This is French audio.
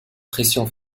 pressions